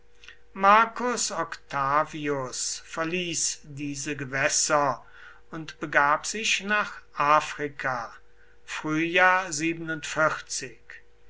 marcus octavius verließ diese gewässer und begab sich nach afrika